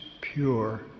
pure